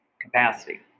capacity